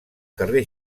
carrer